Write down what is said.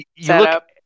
setup